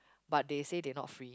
but they say they not free